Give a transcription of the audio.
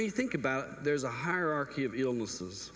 and you think about there's a hierarchy of illnesses